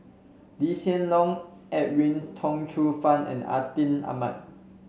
Lee Hsien Loong Edwin Tong Chun Fai and Atin Amat